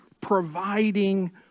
providing